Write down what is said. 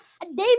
David